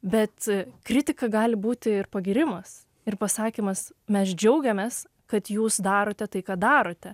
bet kritika gali būti ir pagyrimas ir pasakymas mes džiaugiamės kad jūs darote tai ką darote